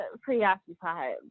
preoccupied